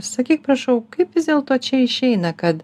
sakyk prašau kaip vis dėlto čia išeina kad